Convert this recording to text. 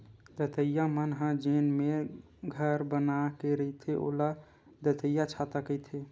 दतइया मन ह जेन मेर घर बना के रहिथे ओला दतइयाछाता कहिथे